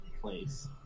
place